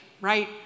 right